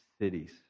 cities